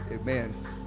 amen